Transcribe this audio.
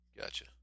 Gotcha